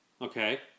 Okay